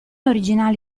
originale